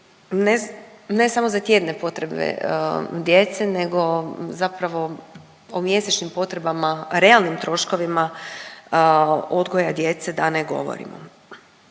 ne samo za tjedne potrebe djece nego zapravo o mjesečnim potrebama, o realnim troškovima odgoja djece da ne govorimo.